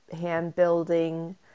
hand-building